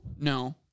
No